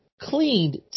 cleaned